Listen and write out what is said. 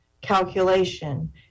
calculation